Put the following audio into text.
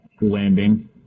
Landing